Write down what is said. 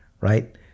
Right